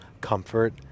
comfort